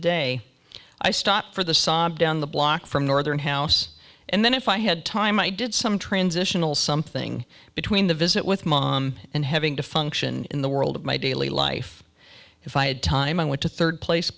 day i stopped for the sob down the block from northern house and then if i had time i did some transitional something between the visit with mom and having to function in the world of my daily life if i had time i went to third place